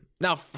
Now